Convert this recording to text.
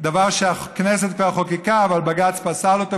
דבר שהכנסת כבר חוקקה אבל בג"ץ פסל אותו,